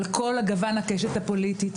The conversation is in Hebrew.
על כל גווני הקשת הפוליטית,